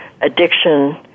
addiction